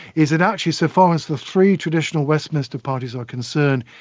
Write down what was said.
is that actually so far as the three traditional westminster parties are concerned,